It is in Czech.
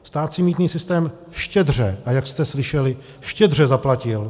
Stát si mýtný systém štědře, a jak jste slyšeli, štědře zaplatil.